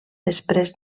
després